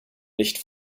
nicht